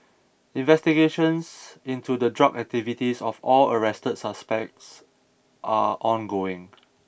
investigations into the drug activities of all arrested suspects are ongoing